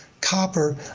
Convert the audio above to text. copper